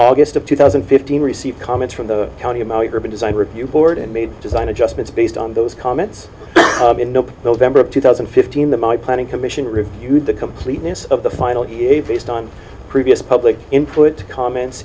august of two thousand and fifteen received comments from the county maui urban design review board and made design adjustments based on those comments november of two thousand and fifteen the my planning commission refused the completeness of the final based on previous public input comments